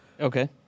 okay